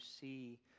see